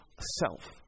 self